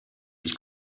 ich